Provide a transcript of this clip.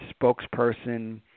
spokesperson